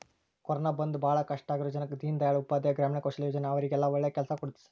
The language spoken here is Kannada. ಕೊರೋನ ಬಂದು ಭಾಳ ಕಷ್ಟ ಆಗಿರೋ ಜನಕ್ಕ ದೀನ್ ದಯಾಳ್ ಉಪಾಧ್ಯಾಯ ಗ್ರಾಮೀಣ ಕೌಶಲ್ಯ ಯೋಜನಾ ಅವ್ರಿಗೆಲ್ಲ ಒಳ್ಳೆ ಕೆಲ್ಸ ಕೊಡ್ಸುತ್ತೆ